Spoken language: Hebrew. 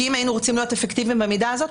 כי אם היינו רוצים להיות אפקטיביים במידה הזאת,